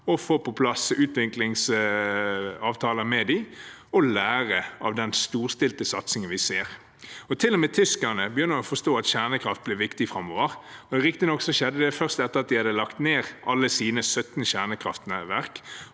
få på plass utviklingsavtaler med dem og lære av den storstilte satsingen vi ser. Til og med tyskerne begynner å forstå at kjernekraft blir viktig framover. Det skjedde riktignok først etter de hadde lagt ned alle sine 17 kjernekraftverk,